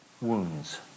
wounds